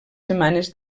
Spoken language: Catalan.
setmanes